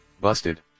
busted